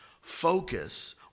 focus